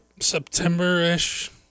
September-ish